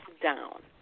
down